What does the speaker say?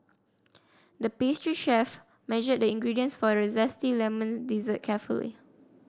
the pastry chef measured the ingredients for a zesty lemon dessert carefully